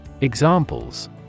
Examples